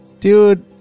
Dude